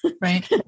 Right